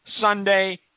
Sunday